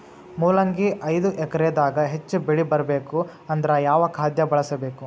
ಮೊಲಂಗಿ ಐದು ಎಕರೆ ದಾಗ ಹೆಚ್ಚ ಬೆಳಿ ಬರಬೇಕು ಅಂದರ ಯಾವ ಖಾದ್ಯ ಬಳಸಬೇಕು?